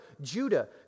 Judah